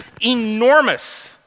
enormous